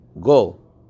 goal